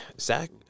Zach